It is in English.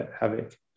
havoc